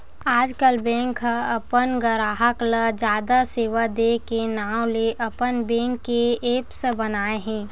आजकल बेंक ह अपन गराहक ल जादा सेवा दे के नांव ले अपन बेंक के ऐप्स बनाए हे